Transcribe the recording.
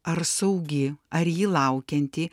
ar saugi ar ji laukianti